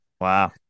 Wow